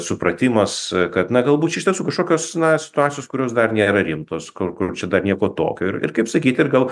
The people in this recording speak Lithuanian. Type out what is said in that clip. supratimas kad na galbūt čia iš tiesų kažkokios na situacijos kurios dar nėra rimtos kur kur čia dar nieko tokio ir ir kaip sakyt ir gal